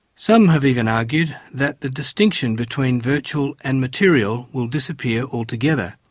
some have even argued that the distinction between virtual and material will disappear altogether.